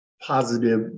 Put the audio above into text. positive